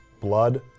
blood